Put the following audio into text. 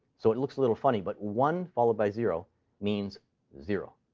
so it looks a little funny. but one followed by zero means zero.